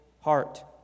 heart